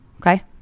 okay